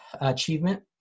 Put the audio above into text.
achievement